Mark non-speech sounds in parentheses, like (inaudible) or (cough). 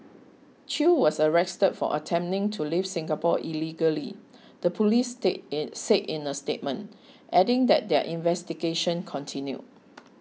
chew was arrested for attempting to leave Singapore illegally the police (noise) said in a statement adding that their investigation continued